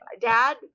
Dad